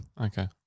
Okay